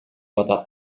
атат